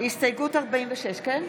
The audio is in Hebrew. הסתייגות 46, כן?